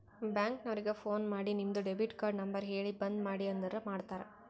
bank ನವರಿಗ phone ಮಾಡಿ ನಿಮ್ದು ಡೆಬಿಟ್ ಕಾರ್ಡ್ ನಂಬರ್ ಹೇಳಿ ಬಂದ್ ಮಾಡ್ರಿ ಅಂದುರ್ ಮಾಡ್ತಾರ